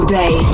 day